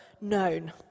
known